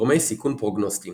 גורמי סיכון פרוגנוסטיים